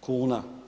kuna.